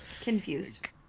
confused